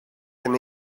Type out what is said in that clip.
can